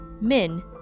Min